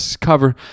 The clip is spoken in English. cover